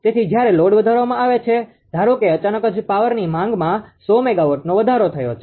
તેથી જ્યારે લોડ વધારવામાં આવે છે ધારો કે અચાનક જ પાવરની માંગમાં 100 મેગાવોટનો વધારો થયો છે